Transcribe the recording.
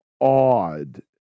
odd